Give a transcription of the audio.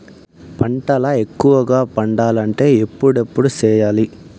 పంటల ఎక్కువగా పండాలంటే ఎప్పుడెప్పుడు సేయాలి?